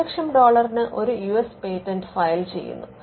അഞ്ച് ദശലക്ഷം ഡോളറിന് ഒരു യു എസ് പേറ്റന്റ് ഫയൽ ചെയ്യുന്നു